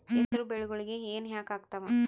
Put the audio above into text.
ಹೆಸರು ಬೆಳಿಗೋಳಿಗಿ ಹೆನ ಯಾಕ ಆಗ್ತಾವ?